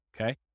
Okay